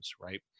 right